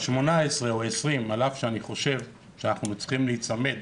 ה-18 או 20 על אף שאני חושב שאנחנו צריכים להיצמד